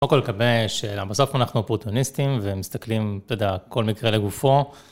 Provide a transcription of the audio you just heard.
לא כל כך הרבה ש..., בסוף אנחנו פרוטוניסטים ומסתכלים, אתה יודע, כל מקרה לגופו.